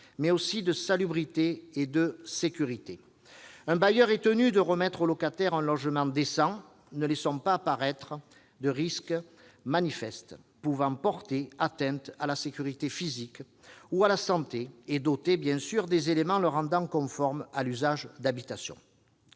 mais aussi de salubrité et de sécurité. Un bailleur est tenu de remettre au locataire un logement décent ne laissant pas apparaître de risques manifestes pouvant porter atteinte à la sécurité physique ou à la santé et doté, bien sûr, des éléments le rendant conforme à l'usage d'habitation.